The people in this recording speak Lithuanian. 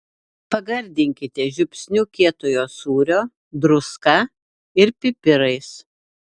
pagardinkite žiupsniu kietojo sūrio druska ir pipirais